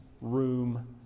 room